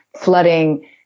flooding